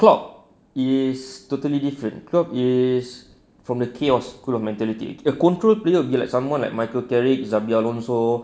clock is totally different clock is from the chaos school of mentality the control player will be like someone like michael kerrick zambia lonso